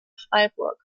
freiburg